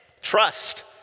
trust